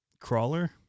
crawler